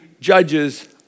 judges